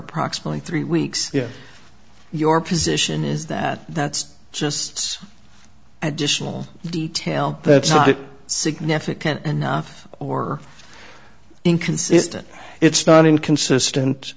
approximately three weeks your position is that that's just additional detail that's not significant enough or inconsistent it's not inconsistent